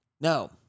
No